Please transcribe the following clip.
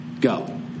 Go